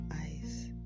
eyes